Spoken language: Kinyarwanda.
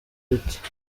bite